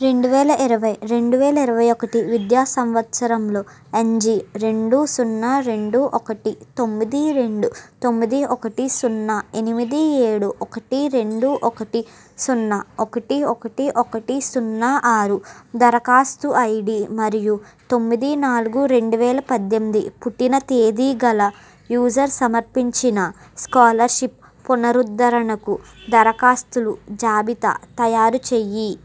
రెండు వేల ఇరవై రెండు వేల ఇరవై ఒకటి విద్యా సంవత్సరంలో ఎన్జి రెండు సున్నా రెండు ఒకటి తొమ్మిది రెండు తొమ్మిది ఒకటి సున్నా ఎనిమిది ఏడు ఒకటి రెండు ఒకటి సున్నా ఒకటి ఒకటి ఒకటి సున్నా ఆరు దరఖాస్తు ఐడి మరియు తొమ్మిది నాలుగు రెండు వేల పద్దెనిమిది పుట్టిన తేది గల యూజర్ సమర్పించిన స్కాలర్షిప్ పునరుద్ధరణకు దరఖాస్తులు జాబితా తయారుచేయి